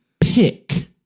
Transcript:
pick